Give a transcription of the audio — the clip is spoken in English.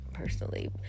Personally